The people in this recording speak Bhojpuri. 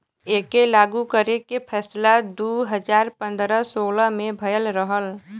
एके लागू करे के फैसला दू हज़ार पन्द्रह सोलह मे भयल रहल